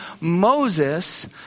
Moses